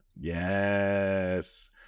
Yes